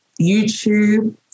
YouTube